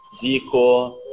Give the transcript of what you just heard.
Zico